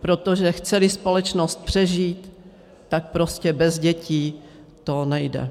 protože chceli společnost přežít, tak prostě bez dětí to nejde.